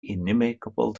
inimicable